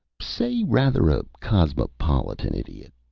say rather a cosmopolitan idiot,